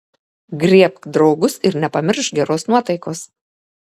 griebk draugus ir nepamiršk geros nuotaikos